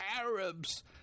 Arabs